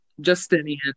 Justinian